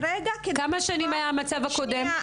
כמה שנים היה המצב הקודם?